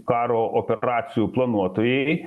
karo operacijų planuotojai